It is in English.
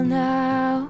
now